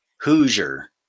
Hoosier